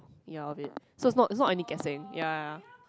ya of it so it's not it's not any guessing ya